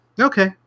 okay